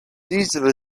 diesel